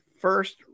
first